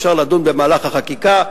אפשר לדון במהלך החקיקה,